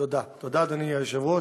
תודה, אדוני היושב-ראש.